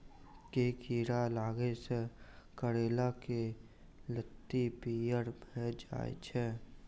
केँ कीड़ा लागै सऽ करैला केँ लत्ती पीयर भऽ जाय छै?